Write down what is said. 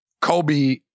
Kobe